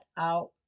out